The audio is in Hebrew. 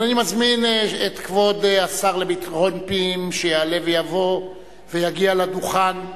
אני מזמין את כבוד השר לביטחון פנים שיעלה ויבוא ויגיע לדוכן,